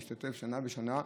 להשתתף שנה בשנה.